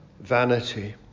vanity